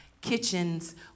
kitchens